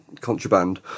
contraband